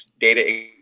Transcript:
data